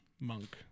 monk